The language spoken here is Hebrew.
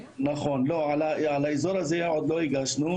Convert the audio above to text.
נכון, על האזור הזה עוד לא הגשנו.